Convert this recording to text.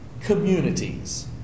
communities